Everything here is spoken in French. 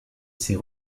ces